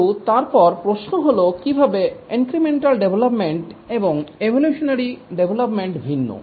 কিন্তু তারপর প্রশ্ন হল কিভাবে ইনক্রিমেন্টাল ডেভলপমেন্ট এবং এভোলিউশনারী ডেভলপমেন্ট ভিন্ন